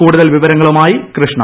കൂടുതൽ വിവരങ്ങളുമായി കൃഷ്ണ